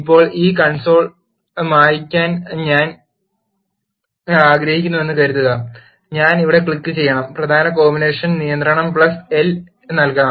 ഇപ്പോൾ ഈ കൺസോൾ മായ് ക്കാൻ ഞാൻ ആഗ്രഹിക്കുന്നുവെന്ന് കരുതുക ഞാൻ ഇവിടെ ക്ലിക്കുചെയ്യണം പ്രധാന കോമ്പിനേഷൻ നിയന്ത്രണം L നൽകണം